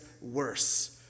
worse